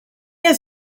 has